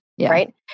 right